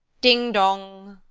ding, dong!